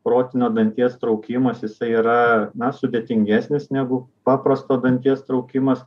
protinio danties traukimas jisai yra na sudėtingesnis negu paprasto danties traukimas